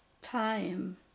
time